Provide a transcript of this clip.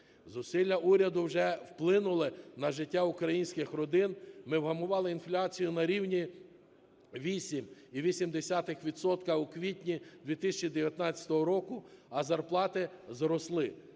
Зусилля уряду вже вплинуло на життя українських родин, ми вгамували інфляцію на рівні 8,8 відсотка у квітня 2019 року, а зарплати зросли.